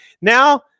Now